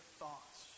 thoughts